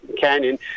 canyon